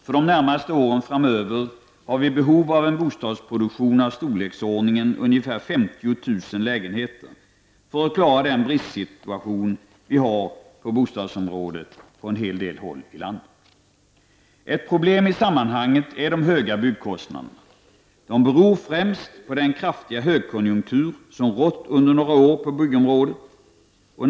För de närmaste åren framöver har vi behov av en bostadsproduktion på ungefär 50 000 lägenheter. Detta är vad som behövs för att klara den bristsituation som råder på bostadsområdet på en hel del håll i landet. Ett problem i sammanhanget är de höga byggkostnaderna. De beror främst på den kraftiga högkonjunktur som rått på byggområdet under några år.